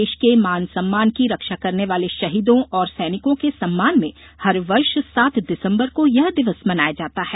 देश के मान सम्मान की रक्षा करने वाले शहीदों और सैनिकों के सम्मान में हर वर्ष सात दिसम्बर को यह दिवस मनाया जाता है